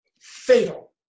fatal